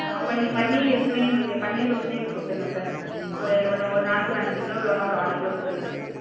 அப்போ நீங்கள் பன்னீர் ரோஸ்மே எங்களுக்கு பன்னீர் ரோஸ்மே எங்களுக்கு கொடுத்துருங்க சார் ஒரு ஒரு ஒர் நாளைக்கு ஒரு அஞ்சு கிலோவில இல்லைனா ஒரு ஆறு கிலோ கொடுத்துருங்க சார்